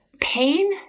pain